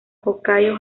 hokkaido